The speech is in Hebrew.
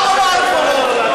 העם אמר את דברו.